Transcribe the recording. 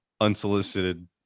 unsolicited